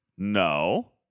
No